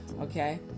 okay